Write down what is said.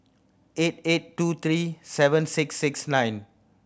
eight eight two three seven six six nine